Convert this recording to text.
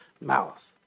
mouth